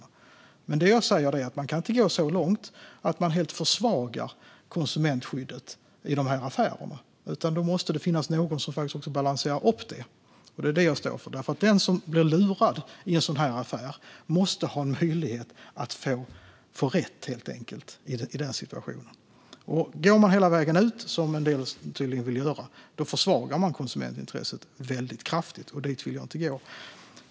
Men det som jag säger är att man inte kan gå så långt att man helt försvagar konsumentskyddet vid dessa affärer. Då måste det finnas någon som faktiskt balanserar detta, och det är det som jag står för. Den som blir lurad i en sådan affär måste helt enkelt ha en möjlighet att få rätt i den situationen. Går man hela vägen, som en del tydligen vill göra, försvagar man konsumentintresset väldigt kraftigt. Dit vill jag inte gå.